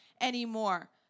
anymore